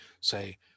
say